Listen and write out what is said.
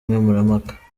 nkemurampaka